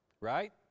Right